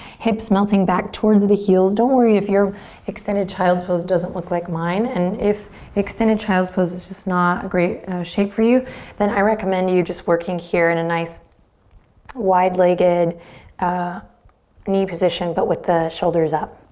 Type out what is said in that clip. hips melting back towards the heels. don't worry if your extended child's pose doesn't look like mine. and if extended child's pose is just not a great shape for you then i recommend you just working here in a nice wide-legged ah knee position but with the shoulders up.